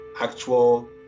actual